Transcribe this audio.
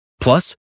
Plus